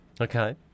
Okay